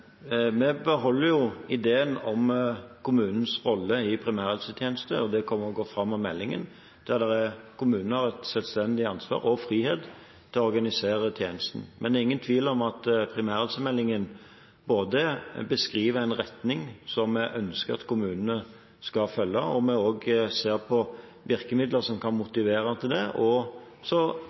fram i meldingen – der kommunene har et selvstendig ansvar og frihet til å organisere tjenesten. Men det er ingen tvil om at primærhelsemeldingen både beskriver en retning som vi ønsker at kommunene skal følge, og også ser på virkemidler som kan motivere til det, og så